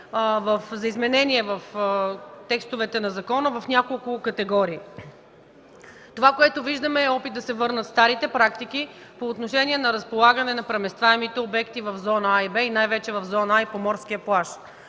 за изменение в текстовете на закона в няколко категории. Това, което виждаме, е опит да се върнат старите практики по отношение на разполагане на преместваемите обекти в зона „А” и зона „Б” и най-вече в зона „А” и по морския плаж.